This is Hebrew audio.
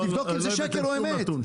תבדוק אם זה שקר או אמת.